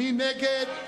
מי נגד?